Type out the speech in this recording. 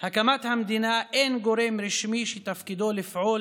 הקמת המדינה אין גורם רשמי שתפקידו לפעול